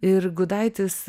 ir gudaitis